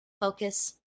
Focus